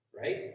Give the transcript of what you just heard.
right